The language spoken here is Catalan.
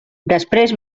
després